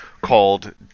called